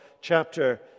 chapter